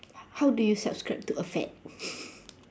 h~ how do you subscribe to a fad